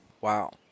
Wow